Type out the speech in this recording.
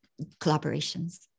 collaborations